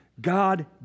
God